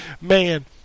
man